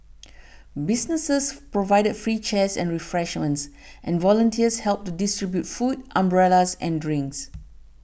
businesses provided free chairs and refreshments and volunteers helped to distribute food umbrellas and drinks